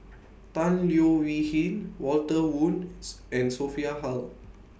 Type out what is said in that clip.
Tan Leo Wee Hin Walter Woon's and Sophia Hull